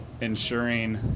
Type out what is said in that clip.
ensuring